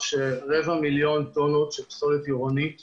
שרבע מיליון טון של פסולת עירונית בלבד,